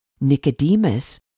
Nicodemus